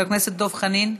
חבר הכנסת דב חנין,